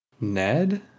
Ned